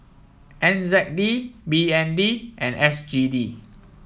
N Z D B N D and S G D